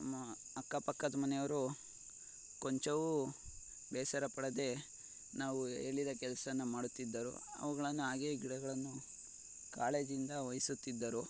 ನಮ್ಮ ಅಕ್ಕಪಕ್ಕದ ಮನೆಯವರು ಕೊಂಚವೂ ಬೇಸರ ಪಡದೆ ನಾವು ಹೇಳಿದ ಕೆಲಸಾನ ಮಾಡುತ್ತಿದ್ದರು ಅವುಗಳನ್ನ ಹಾಗೆಯೇ ಗಿಡಗಳನ್ನು ಕಾಳಜಿಯಿಂದ ವಹಿಸುತ್ತಿದ್ದರು